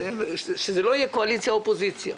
שזה לא יהיה קואליציה אופוזיציה.